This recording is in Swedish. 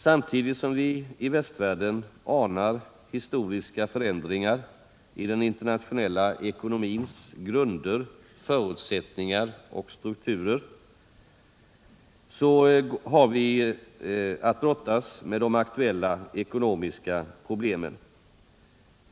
Samtidigt som vi i västvärlden anar historiska förändringar i den internationella ekonomins grunder, förutsättningar och strukturer, så har vi att brottas med de aktuella ekonomiska problemen.